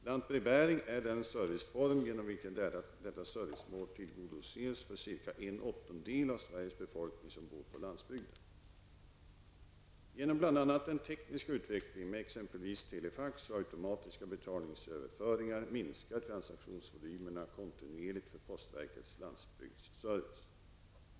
Lantbrevbäring är den serviceform genom vilken detta servicemål tillgodoses för den åttondedel av Genom bl.a. den tekniska utvecklingen med exempelvis telefax och automatiska betalningsöverföringar minskar transaktionsvolymerna kontinuerligt för postverkets landsbygdsservice.